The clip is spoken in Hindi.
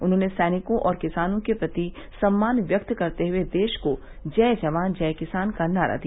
उन्होंने सैनिकों और किसानों के प्रति सम्मान व्यक्त करते हुए देश को जय जवान जय किसान का नारा दिया